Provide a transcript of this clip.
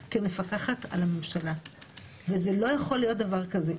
כמפקחת על הממשלה וזה לא יכול להיות דבר כזה,